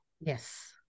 Yes